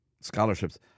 scholarships